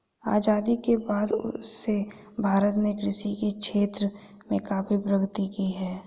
आजादी के बाद से भारत ने कृषि के क्षेत्र में काफी प्रगति की है